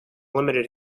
limited